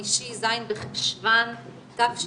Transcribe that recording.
היום יום חמישי ז' בחשון תשפ"ב,